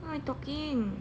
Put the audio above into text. what you talking